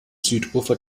südufer